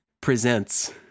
presents